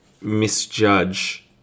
misjudge